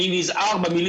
אני נזהר במילים שלי.